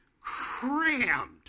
crammed